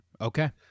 Okay